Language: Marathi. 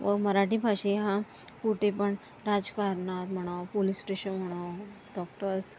व मराठी भाषा ह्या कुठे पण राजकारणात म्हणावं पोलीस स्टेशन म्हणावं डॉक्टर्स